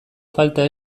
falta